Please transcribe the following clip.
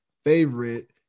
favorite